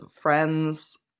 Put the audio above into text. friends